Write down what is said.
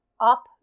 up